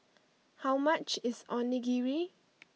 how much is Onigiri